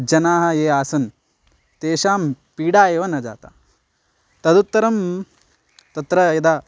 जनाः ये असन् तेषां पीडा एव न जाता तदुत्तरं तत्र यदा